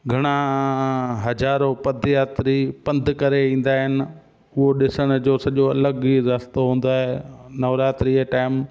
घणा हज़ारो पद यात्री पंधु करे ईंदा आहिनि उहो ॾिसण जो सॼो अलॻि ई रस्तो हूंदो आहे नवरात्रीअ जे टाइम